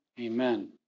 Amen